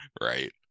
right